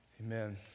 Amen